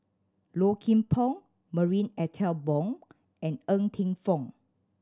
Low Kim Pong Marie Ethel Bong and Ng Teng Fong